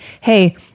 hey